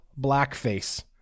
blackface